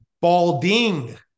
balding